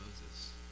Moses